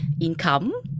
income